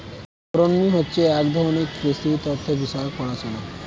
agronomy হচ্ছে এক ধরনের কৃষি তথ্য বিষয়ক পড়াশোনা